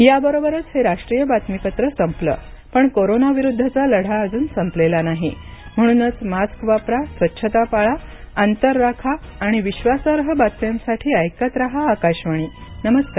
याबरोबरच हे राष्ट्रीय बातमीपत्र संपलं पण कोरोनाविरुद्धचा लढा अजून संपलेला नाही म्हणूनच मास्क वापरा स्वच्छता पाळा अंतर राखा आणि विश्वासार्ह बातम्यांसाठी ऐकत रहा आकाशवाणी नमस्कार